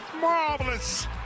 marvelous